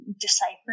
decipher